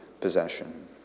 possession